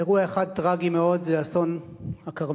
אירוע אחד, טרגי מאוד, זה אסון הכרמל,